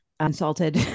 insulted